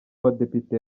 badepite